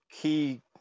Key